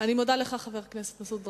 אני מודה לך, חבר הכנסת מסעוד גנאים.